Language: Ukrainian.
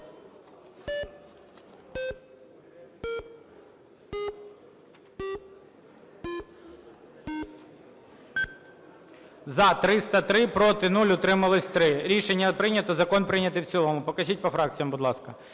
За-303 Проти – 0, утримались – 3. Рішення прийнято. Закон прийнятий в цілому. Покажіть по фракціях, будь ласка.